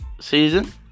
season